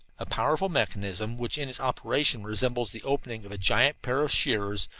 a powerful mechanism which in its operation resembles the opening of a giant pair of shears,